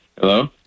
Hello